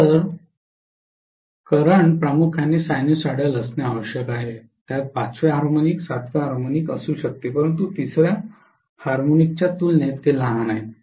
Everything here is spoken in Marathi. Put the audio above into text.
तर वर्तमानात प्रामुख्याने सायनुसायडल असणे आवश्यक आहे त्यात पाचवे हार्मोनिक सातवे हार्मोनिक असू शकते परंतु तिसर्या हार्मोनिकच्या तुलनेत ते लहान आहेत